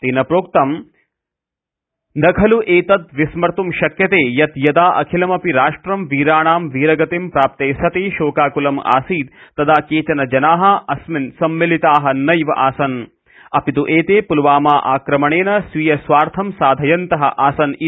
तेन प्रोक्तं खल् एतत् विस्मर्त्वं शक्यते यत् यदा अखिलमपि राष्ट्रं वीराणां वीरगतिं प्राप्ते सति शोकाकुलम् आसीत् तदा केचन जनाः अस्मिन् सम्मलिताः नैव आसन् अपित् एते पुलवामा आक्रमणेन स्वीय स्वार्थं साधयन्तः आसन् इति